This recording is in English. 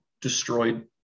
destroyed